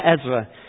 Ezra